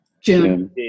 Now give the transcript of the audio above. June